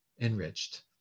enriched